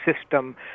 system